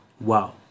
wow